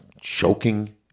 choking